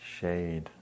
Shade